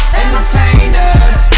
entertainers